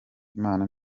imana